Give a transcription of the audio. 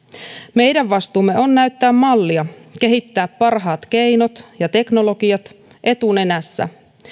meidän vastuullamme on näyttää mallia kehittää parhaat keinot ja teknologiat etunenässä